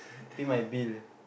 pay my bill